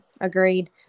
agreed